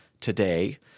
today